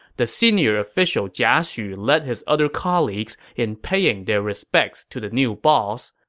the senior official jia xu led his other colleagues in paying their respects to the new boss.